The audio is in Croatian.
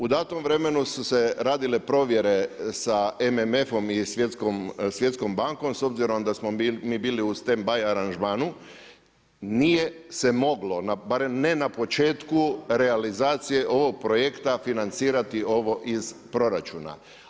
U datom vremenu su se radile provjere sa MMF-om i Svjetskom bankom s obzirom da mi bili u stan by aranžmanu, nije se moglo barem ne na početku realizacije ovog projekta financirati ovo iz proračun.